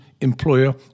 employer